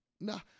No